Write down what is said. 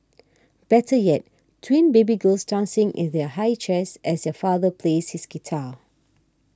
better yet twin baby girls dancing in their high chairs as their father plays his guitar